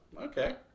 Okay